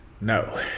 No